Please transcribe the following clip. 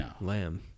lamb